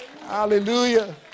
Hallelujah